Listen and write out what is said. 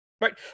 Right